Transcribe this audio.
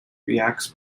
reacts